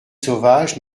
sauvages